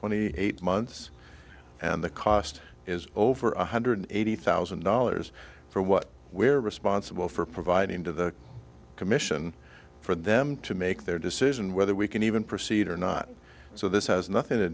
twenty eight months and the cost is over one hundred eighty thousand dollars for what we're responsible for providing to the commission for them to make their decision whether we can even proceed or not so this has nothing to